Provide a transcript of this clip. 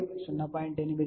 8 0